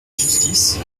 justice